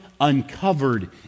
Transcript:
uncovered